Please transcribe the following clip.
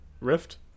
Rift